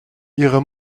ihre